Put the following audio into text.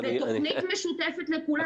זאת תוכנית משותפת לכולם,